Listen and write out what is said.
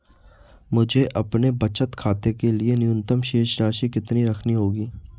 मुझे अपने बचत खाते के लिए न्यूनतम शेष राशि कितनी रखनी होगी?